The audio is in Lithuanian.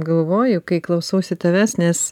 galvoju kai klausausi tavęs nes